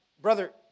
Brother